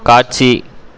காட்சி